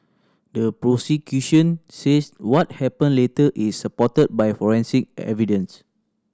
the prosecution says what happened later is supported by forensic evidence